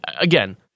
again